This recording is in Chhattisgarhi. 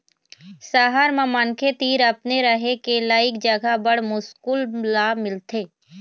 सहर म मनखे तीर अपने रहें के लइक जघा बड़ मुस्कुल ल मिलथे